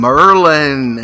Merlin